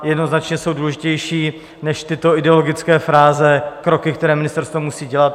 Jednoznačně jsou důležitější než tyto ideologické fráze kroky, které ministerstvo musí dělat.